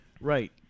Right